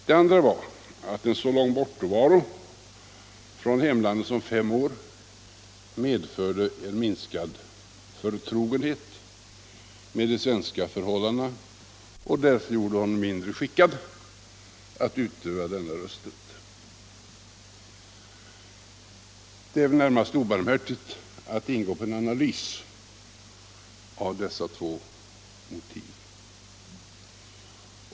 Det andra var att en så lång bortovaro från hemlandet som fem år medförde en minskad förtrogenhet med de svenska förhållandena och därför gjorde honom mindre skickad att utöva denna rösträtt. Det är väl närmast obarmhärtigt att ingå på en analys av dessa två motiv.